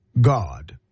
God